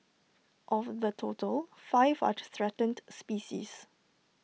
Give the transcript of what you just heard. of the total five are threatened species